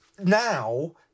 Now